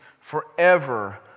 forever